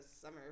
summer